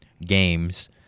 games